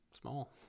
small